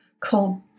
called